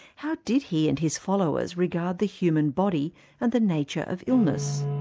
how did he and his followers regard the human body and the nature of illness?